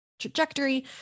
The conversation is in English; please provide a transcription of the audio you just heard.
Trajectory